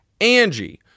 Angie